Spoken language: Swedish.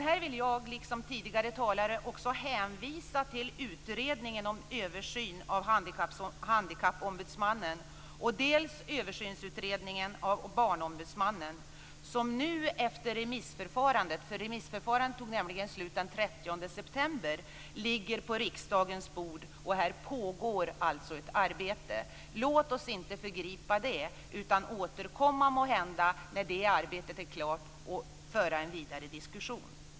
Här vill jag liksom tidigare talare hänvisa till dels Utredningen om översyn av handikappombudsmannen, dels 30 september, ligger på riksdagens bord. Här pågår alltså arbete. Låt oss inte föregripa det, utan måhända återkomma när det arbetet är klart och föra en vidare diskussion.